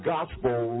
Gospel